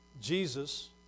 Jesus